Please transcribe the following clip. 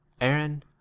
Aaron